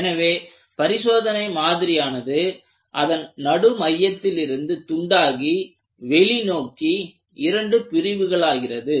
எனவே பரிசோதனை மாதிரியானது அதன் நடு மையத்தில் இருந்து துண்டாகி வெளிநோக்கி இரண்டு பிரிவுகளாகிறது